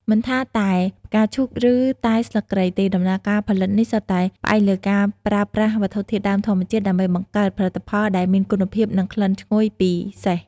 មិនថាតែផ្កាឈូក ឬតែស្លឹកគ្រៃទេ ដំណើរការផលិតនេះសុទ្ធតែផ្អែកលើការប្រើប្រាស់វត្ថុធាតុដើមធម្មជាតិដើម្បីបង្កើតផលិតផលដែលមានគុណភាពនិងក្លិនឈ្ងុយពិសេស។